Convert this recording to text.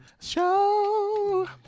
show